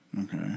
Okay